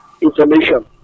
information